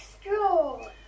straw